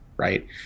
Right